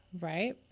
right